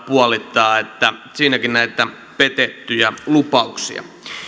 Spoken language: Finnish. puolittaa että siinäkin näitä petettyjä lupauksia